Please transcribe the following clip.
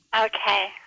Okay